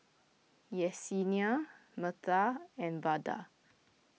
Yessenia Metha and Vada